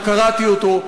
שקראתי אותו,